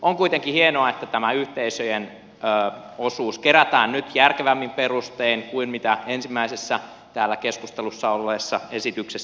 on kuitenkin hienoa että tämä yhteisöjen osuus kerätään nyt järkevämmin perustein kuin ensimmäisessä täällä keskustelussa olleessa esityksessä